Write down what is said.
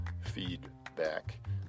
feedback